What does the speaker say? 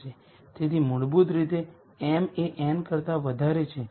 આનો મૂળ અર્થ એ છે કે મેટ્રિક્સની કોલમમાં n r સ્વતંત્ર વેક્ટર છે